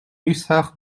hussard